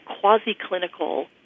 quasi-clinical